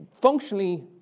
functionally